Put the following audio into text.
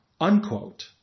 unquote